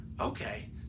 Okay